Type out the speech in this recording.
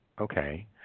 Okay